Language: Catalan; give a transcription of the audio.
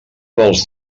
dels